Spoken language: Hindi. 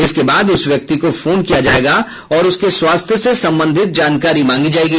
इसके बाद उस व्यक्ति को फोन किया जाएगा और उसके स्वास्थ्य से संबंधित जानकारी मांगी जाएगी